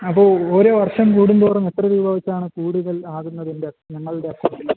അപ്പോൾ ഓരോ വർഷം കൂടും തോറും എത്ര രൂപ വെച്ചാണ് കൂടുതൽ ആകുന്നതിൻ്റെ ഞങ്ങളുടെ